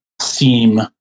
seem